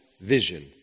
vision